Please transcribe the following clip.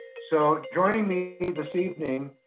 so joining me this evening,